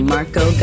Marco